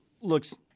looks